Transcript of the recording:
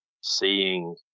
seeing